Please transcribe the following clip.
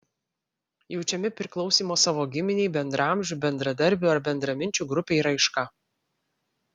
jaučiami priklausymo savo giminei bendraamžių bendradarbių ar bendraminčių grupei raiška